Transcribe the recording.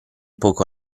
poco